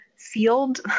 field